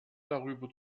darüber